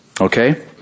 okay